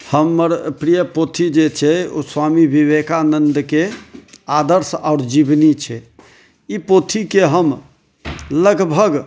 हमर प्रिय पोथी जे छै ओ स्वामी विवेकानन्दके आदर्श आओर जीवनी छै ई पोथीके हम लगभग